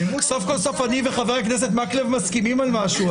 סוף כל סוף אני וחבר הכנסת מקלב מסכימים על משהו.